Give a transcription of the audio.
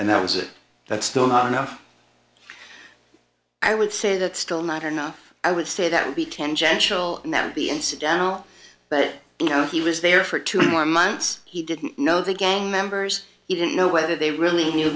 and that was it that's still not enough i would say that's still not enough i would say that we can general that would be incidental but you know he was there for two more months he didn't know the gang members he didn't know whether they really knew